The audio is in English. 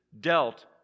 dealt